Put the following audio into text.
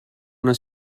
una